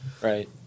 Right